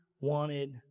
wanted